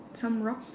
some rock